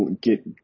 get